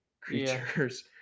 creatures